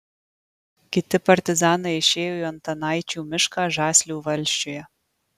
kiti partizanai išėjo į antanaičių mišką žaslių valsčiuje